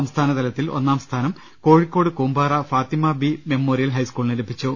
സംസ്ഥാനതലത്തിൽ ഒന്നാം സ്ഥാനം കോഴിക്കോട് കൂമ്പാറ ഫാത്തിമാബി മെമ്മോറിയൽ ഹൈസ്കൂളിന് ലഭിച്ചു